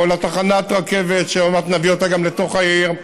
או לתחנת רכבת שעוד מעט נביא אותה גם לתוך העיר,